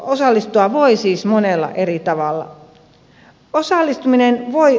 osallistua voi siis monella eri tavalla